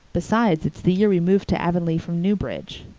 besides, it's the year we moved to avonlea from newbridge.